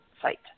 site